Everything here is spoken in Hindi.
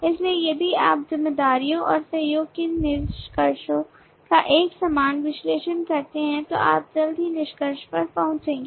इसलिए यदि आप जिम्मेदारियों और सहयोग के निष्कर्षों का एक समान विश्लेषण करते हैं तो आप जल्द ही निष्कर्ष पर पहुंचेंगे